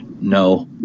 no